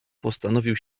postanowił